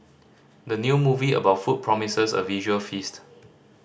the new movie about food promises a visual feast